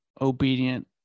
obedient